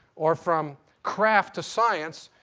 or from craft to science,